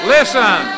Listen